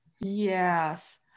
Yes